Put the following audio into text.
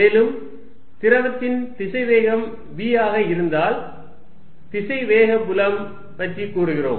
மேலும் திரவத்தின் திசைவேகம் v ஆக இருந்தால் திசைவேக புலம் பற்றி கூறுகிறோம்